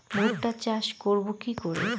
ভুট্টা চাষ করব কি করে?